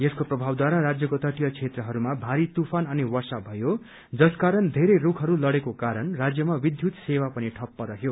यसको प्रभावद्वाा राज्यको तटीय क्षेत्रहरूमा भारी तूफान अनि वर्षा भयो जसकारण धेरै रूखहरू लड़ेको कारण राज्यमा विद्युत सेवा पनि ठप्प रहयो